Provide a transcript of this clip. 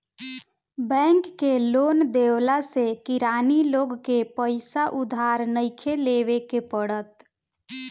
bank के loan देवला से किरानी लोग के पईसा उधार नइखे लेवे के पड़त